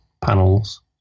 panels